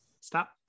Stop